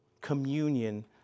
communion